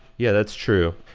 yeah, that's true.